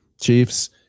Chiefs